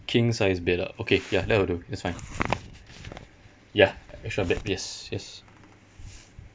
king size bed ah okay ya that would do that's find ya extra bed yes yes